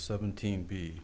seventeen b